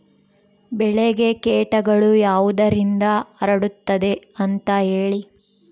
ಬೆಳೆಗೆ ಕೇಟಗಳು ಯಾವುದರಿಂದ ಹರಡುತ್ತದೆ ಅಂತಾ ಹೇಳಿ?